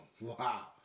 wow